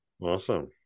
awesome